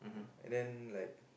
and then like